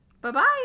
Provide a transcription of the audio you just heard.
Bye-bye